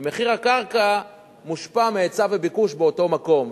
ומחיר הקרקע מושפע מהיצע וביקוש באותו מקום.